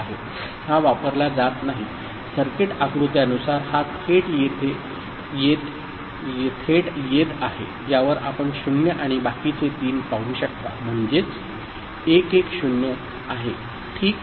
हा वापरला जात नाही सर्किट आकृत्यानुसार हा थेट येत आहे ज्यावर आपण शून्य आणि बाकीचे तीन पाहू शकताम्हणजे 110 आहे ठीक